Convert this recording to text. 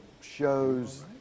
shows